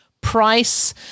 price